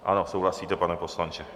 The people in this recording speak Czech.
Ano, souhlasíte, pane poslanče.